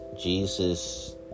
Jesus